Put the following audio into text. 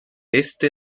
este